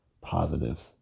positives